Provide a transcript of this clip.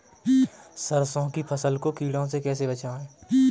सरसों की फसल को कीड़ों से कैसे बचाएँ?